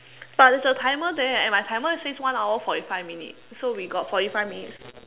but there's a timer there and my timer says one hour forty five minutes so we got forty five minutes